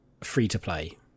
free-to-play